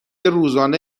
روزانه